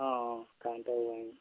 অঁ অঁ কাৰেন্টৰ কাৰণে